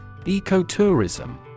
Ecotourism